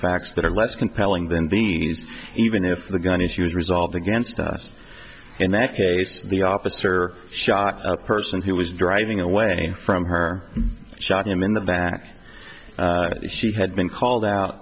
facts that are less compelling than the even if the gun issue was resolved against us in that case the officer shot a person who was driving away from her shocking him in that she had been called out